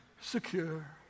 secure